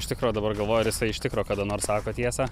iš tikro dabar galvoju ar jisai iš tikro kada nors sako tiesą